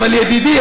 אבל ידידי,